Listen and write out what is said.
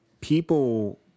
people